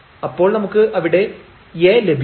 അപ്പോൾ നമുക്ക് അവിടെ A ലഭിക്കും